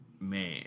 man